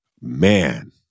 man